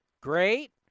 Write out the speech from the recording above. great